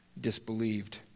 disbelieved